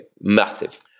massive